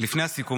לפני הסיכום,